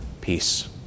peace